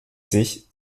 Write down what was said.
sich